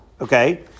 Okay